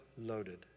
loaded